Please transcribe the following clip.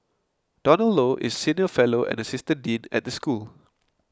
Donald Low is senior fellow and assistant dean at the school